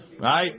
Right